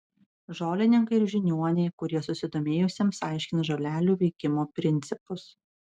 žolininkai ir žiniuoniai kurie susidomėjusiems aiškins žolelių veikimo principus